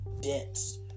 dense